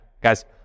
guys